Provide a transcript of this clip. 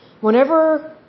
whenever